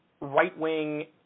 right-wing